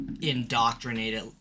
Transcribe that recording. indoctrinated